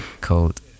called